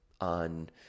on